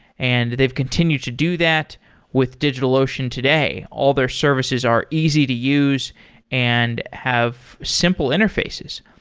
and they've continue to do that with digitalocean today. all their services are easy to use and have simple interfaces.